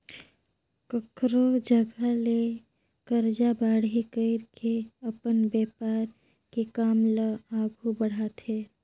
कखरो जघा ले करजा बाड़ही कइर के अपन बेपार के काम ल आघु बड़हाथे